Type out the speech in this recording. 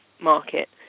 market